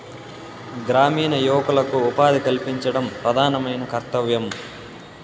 గ్రామీణ యువకులకు ఉపాధి కల్పించడం ప్రధానమైన కర్తవ్యం